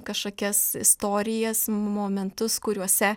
kažkokias istorijas momentus kuriuose